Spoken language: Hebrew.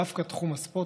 דווקא תחום הספורט,